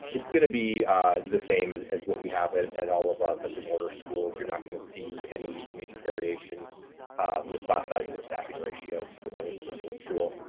it's going to be the same as as what we have at at all of our brick and mortar schools. you're not going to see any major variation with class sizes or staffing ratios for the virtual school.